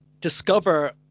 discover